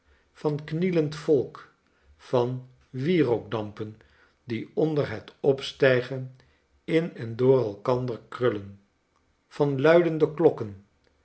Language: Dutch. van knielend volk van wierookdampen die onder het opstijgen in en door elkander krullen van luidende klokken